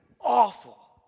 awful